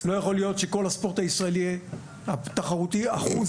לא יכול להיות שכל הספורט הישראלי התחרותי אחוז